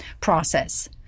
process